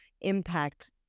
impact